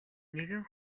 нэгэн